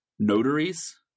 Notaries